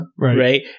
Right